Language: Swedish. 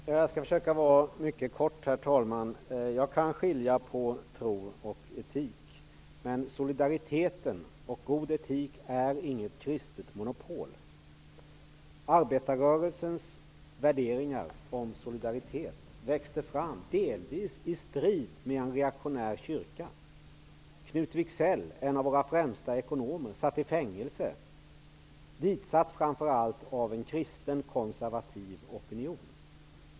Herr talman! Jag skall försöka att fatta mig mycket kort. Jag kan skilja på tro och etik. Men solidaritet och god etik är inte något kristet monopol. Arbetarrörelsens värderingar om solidaritet växte fram delvis i strid med en reaktionär kyrka. Knut Wicksell -- en av vår främsta ekonomer -- satt i fängelse. Han blev ditsatt av främst en kristen konservativ opinion.